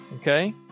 okay